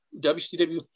WCW